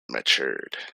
matured